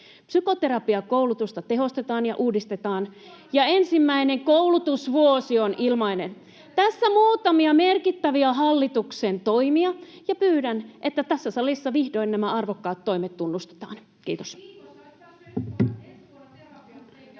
terapiaan, mutta ei käy hallitukselle!] ja ensimmäinen koulutusvuosi on ilmainen. Tässä muutamia merkittäviä hallituksen toimia, ja pyydän, että tässä salissa vihdoin nämä arvokkaat toimet tunnustetaan. — Kiitos.